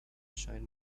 shine